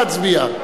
נא להצביע.